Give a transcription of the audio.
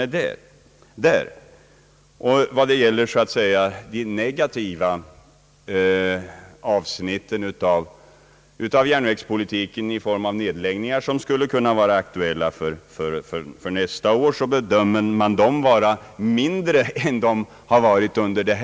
De negativa avsnitten av järnvägspolitiken i form av nedläggningar, som skulle kunna vara aktuella för nästa år, bedömer man vara mindre än under innevarande år.